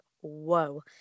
whoa